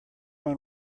one